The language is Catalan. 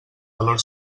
valor